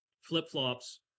flip-flops